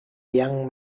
young